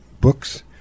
books